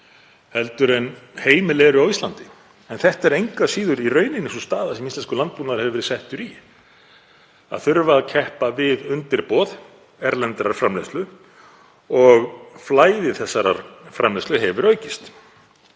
launum en heimil eru á Íslandi. En þetta er engu að síður í rauninni sú staða sem íslenskur landbúnaður hefur verið settur í, að þurfa að keppa við undirboð erlendrar framleiðslu. Flæði þessarar framleiðslu hefur aukist